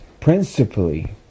Principally